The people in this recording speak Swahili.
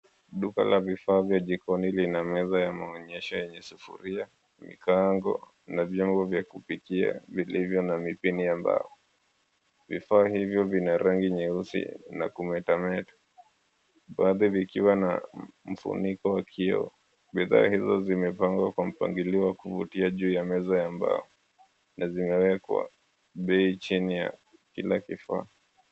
Duka la vifaa vya jikoni lina meza ya maonyesho yenye sufuria, mikaango na vyombo vya kupikia vilivyo na mipini ya mbao. Vifaa hivyo vina rangi nyeusi na kumetameta. Baadhi vikiwa na mfuniko wa kioo. Bidhaa hizo zimepangwa kwa mpangilio wa kuvutia juu ya meza ya mbao, na zimewekwa bei chini ya kila kifaa.